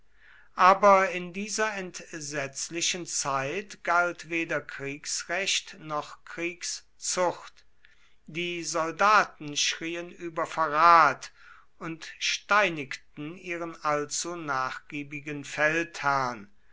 aber in dieser entsetzlichen zeit galt weder kriegsrecht noch kriegszucht die soldaten schrien über verrat und steinigten ihren allzu nachgiebigen feldherrn